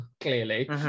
clearly